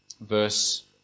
verse